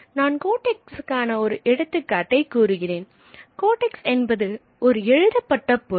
நான் கோடெக்ஸ்க்கான ஒரு எடுத்துக்காட்டை கூறுகிறேன் கோடெக்ஸ் என்பது ஒரு எழுதப்பட்ட பொருள்